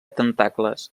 tentacles